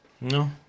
No